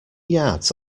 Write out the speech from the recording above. yards